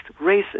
racist